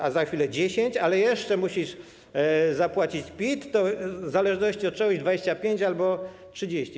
A za chwilę 10, ale jeszcze musisz zapłacić PIT, w zależności od czegoś - 25 albo 30.